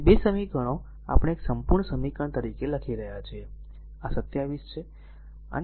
તેથી આ 2 2 સમીકરણો આપણે એક સંપૂર્ણ સમીકરણ તરીકે લખી રહ્યા છીએ તેથી આ 27 છે